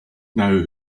now